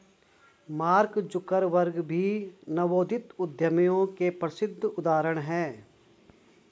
mark Zuckerberg भी नवोदित उद्यमियों के प्रसिद्ध उदाहरण हैं